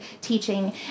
teaching